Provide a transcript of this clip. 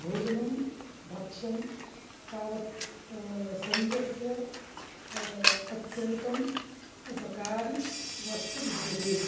भोजनं भक्ष्यं तावत् शरीरस्य अत्यन्तं उपकारि वस्तु विद्यते